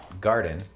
garden